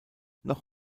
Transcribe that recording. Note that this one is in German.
noch